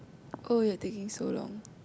oh you're taking so long